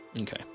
Okay